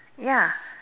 ya